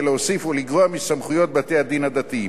להוסיף או לגרוע מסמכויות בתי-הדין הדתיים.